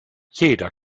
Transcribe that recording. jeder